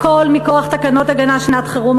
הכול מכוח תקנות הגנה (שעת-חרום),